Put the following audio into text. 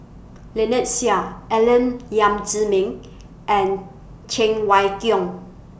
Lynnette Seah Alex Yam Ziming and Cheng Wai Keung